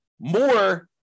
more